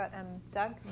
and doug